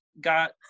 got